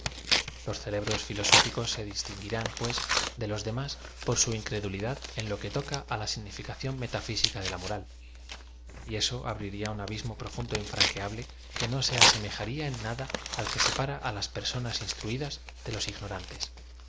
los cerebros filosóficos se distinguirán pues de los demás por su incredulidad en lo que toca á la significación m etafísica de la mora y eso abrirla un abismo profundo é infranqufable que no se asemeja ría en nada a l que separa á las personas instruidas de los ignorantes